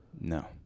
No